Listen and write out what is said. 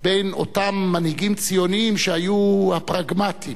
בין אותם מנהיגים ציונים שהיו הפרגמטים,